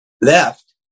left